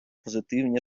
позитивні